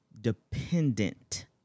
dependent